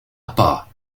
pas